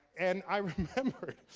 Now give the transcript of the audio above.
and i remember,